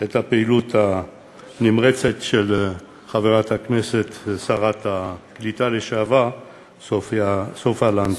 את הפעילות הנמרצת של חברת הכנסת שרת הקליטה לשעבר סופה לנדבר.